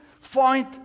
find